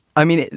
i mean,